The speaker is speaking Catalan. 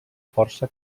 força